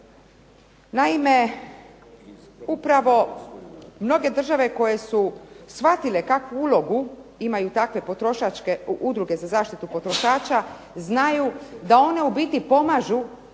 Naime, upravo mnoge države koje su shvatile kakvu ulogu imaju takve potrošačke, udruge za zaštitu potrošača znaju da one u biti pomažu